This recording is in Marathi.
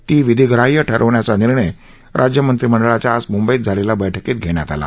ती विधिग्राह्य ठरविण्याचा निर्णय राज्य मंत्रिमंडळाच्या आज मुंबईत झालेल्या बैठकीत घेण्यात आला